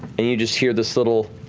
and you just hear this little